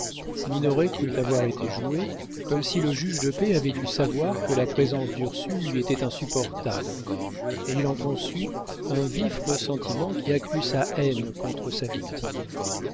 minoret crut avoir été joué comme si le juge de paix avait dû savoir que la présence d'ursule lui était insupportable et il en conçut un vif ressentiment qui accrut sa haine contre sa victime